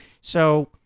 So-